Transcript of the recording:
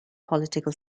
political